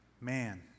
man